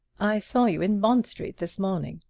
i saw you in bond street this morning,